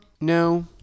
No